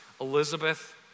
Elizabeth